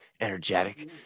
energetic